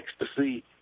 ecstasy